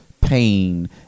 pain